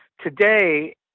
Today